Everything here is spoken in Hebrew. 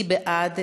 מי בעד?